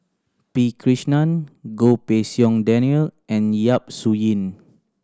P Krishnan Goh Pei Siong Daniel and Yap Su Yin